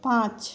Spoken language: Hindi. पाँच